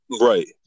Right